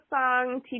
song